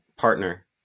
partner